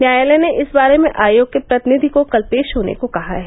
न्यायालय ने इस बारे में आयोग के प्रतिनिधि को कल पेश होने को कहा है